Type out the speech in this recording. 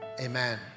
amen